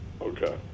Okay